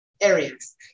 areas